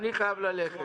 אני חייב ללכת.